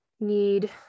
need